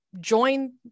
join